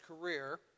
career